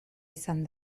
izan